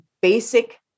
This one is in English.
Basic